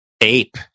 ape